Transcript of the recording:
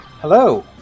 Hello